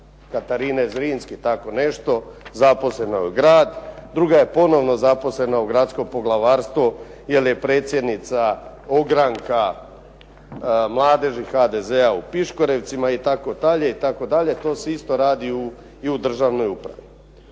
Katarine Zrinske tako nešto zaposlena u grad. Druga je ponovno zaposlena u gradsko poglavarstvo jer je predsjednica ogranka mladeži HDZ-a u Piškorevcima itd. itd. To se isto radi i u državnoj upravi.